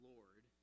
Lord